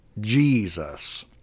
Jesus